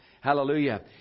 Hallelujah